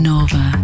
Nova